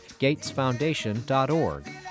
GatesFoundation.org